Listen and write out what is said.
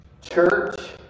church